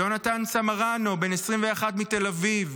יונתן סמרנו, בן 21, מתל אביב,